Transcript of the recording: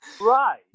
Right